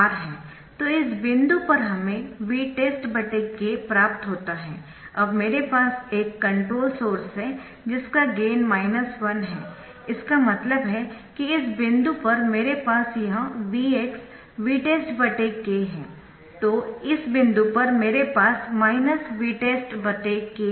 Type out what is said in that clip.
तो इस बिंदु पर हमें Vtest K प्राप्त होता है अब मेरे पास एक कंट्रोल सोर्स है जिसका गेन 1 है इसका मतलब है कि इस बिंदु पर मेरे पास यह Vx Vtestk है तो इस बिंदु पर मेरे पास Vtestk है